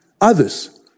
others